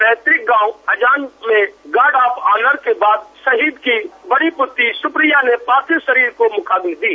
पैतृक गॉव अजान में गार्ड ऑफ ऑनर के बाद शहीद की बड़ी पुत्री सुप्रिया ने पार्थिव शरीर को मुखाग्नि दी